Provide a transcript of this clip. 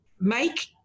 make